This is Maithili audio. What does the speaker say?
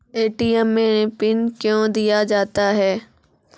ए.टी.एम मे पिन कयो दिया जाता हैं?